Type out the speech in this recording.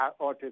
autism